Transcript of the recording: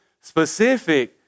specific